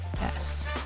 Yes